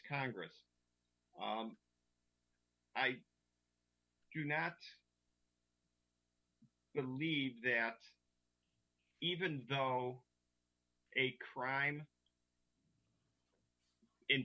congress i do not believe that even though a crime in